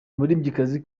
umuririmbyikazi